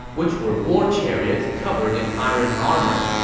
which were war chariots covered in iron armor,